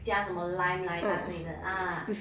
加什么 lime 来一大堆的